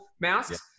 masks